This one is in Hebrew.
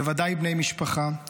בוודאי בני משפחה,